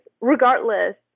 regardless